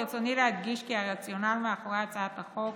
ברצוני להדגיש כי הרציונל מאחורי הצעת החוק